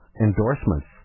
endorsements